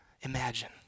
imagine